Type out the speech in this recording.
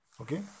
Okay